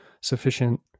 sufficient